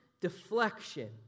deflection